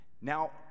now